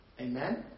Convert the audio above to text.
Amen